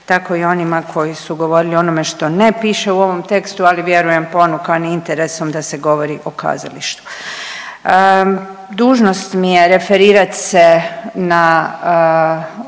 tako i onima koji su govorili o onome što ne piše u ovom tekstu, ali vjerujem ponukani interesom da se govori o kazalištu. Dužnost mi je referirati se na